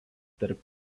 tarp